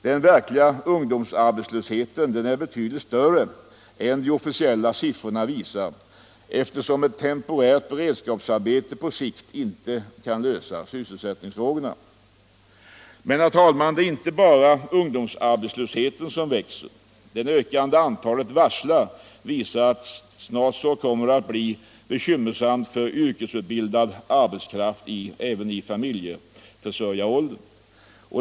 Den verkliga ungdomsarbetslösheten är betydligt större än de officiella siffrorna visar, eftersom ett temporärt beredskapsarbete inte kan lösa sysselsättningsfrågorna på sikt. Men, herr talman, det är inte bara ungdomsarbetslösheten som växer. Det ökande antalet varsel visar att snart kommer det att bli bekymmersamt även för yrkesutbildad arbetskraft i familjeförsörjaråldern.